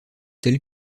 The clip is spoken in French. tel